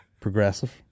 Progressive